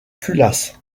culasse